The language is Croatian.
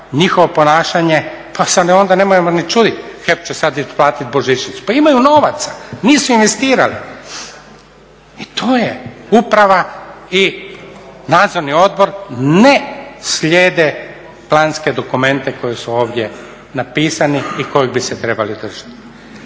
njihovo ponašanje, pa se onda ne moramo niti čuditi. HEP će sad isplatiti božićnicu. Pa imaju novaca! Nisu investirali i to je uprava i Nadzorni odbor ne slijede planske dokumente koje su ovdje napisani i koji bi se trebali održati.